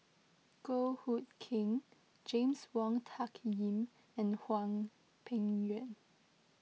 Goh Hood Keng James Wong Tuck Yim and Hwang Peng Yuan